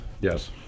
Yes